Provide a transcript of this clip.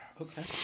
Okay